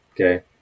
Okay